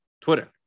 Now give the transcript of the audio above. Twitter